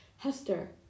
Hester